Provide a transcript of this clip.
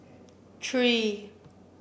three